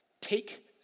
Take